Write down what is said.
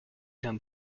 l’un